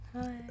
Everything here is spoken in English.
Hi